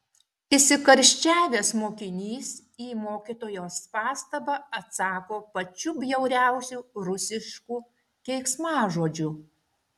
įsikarščiavęs mokinys į mokytojos pastabą atsako pačiu bjauriausiu rusišku keiksmažodžiu